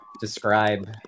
describe